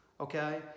okay